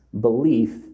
belief